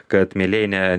kad mielieji ne